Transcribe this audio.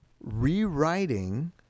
rewriting